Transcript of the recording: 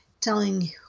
telling